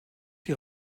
die